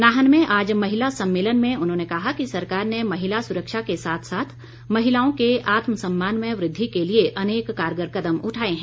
नाहन में आज महिला सम्मेलन में उन्होंने कहा कि सरकार ने महिला सुरक्षा के साथ साथ महिलाओं के आत्म सम्मान में वृद्धि के लिए अनेक कारगर कदम उठाए हैं